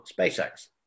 SpaceX